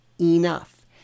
Enough